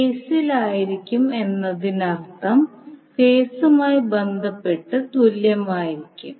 ഫേസിൽ ആയിരിക്കും എന്നതിനർത്ഥം ഫേസുമായി ബന്ധപ്പെട്ട് തുല്യമായിരിക്കും